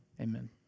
Amen